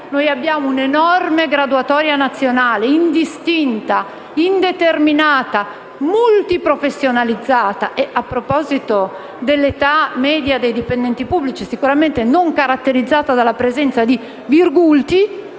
c'è una grande graduatoria nazionale, indistinta, indeterminata, multiprofessionalizzata e, a proposito dell'età media dei dipendenti pubblici, sicuramente non caratterizzata dalla presenza di virgulti,